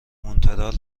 مونترال